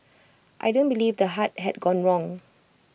I don't believe the heart had gone wrong